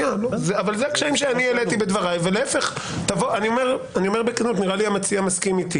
אני אומר בכנות - נראה לי שהמציע מסכים איתי